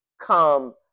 come